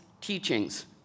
teachings